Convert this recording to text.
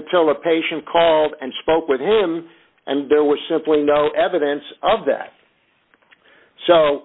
until a patient called and spoke with him and there were simply no evidence of that so